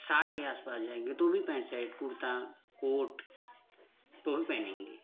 साठ के आस पास जाएँगे तो भी पेंट शर्ट कुर्ता कोट तो हम पहनेंगे